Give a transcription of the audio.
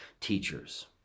teachers